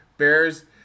Bears